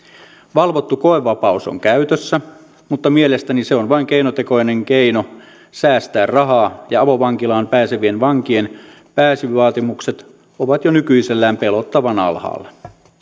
valvottu koevapaus on käytössä mutta mielestäni se on vain keinotekoinen keino säästää rahaa ja avovankilaan pääsevien vankien pääsyvaatimukset ovat jo nykyisellään pelottavan alhaalla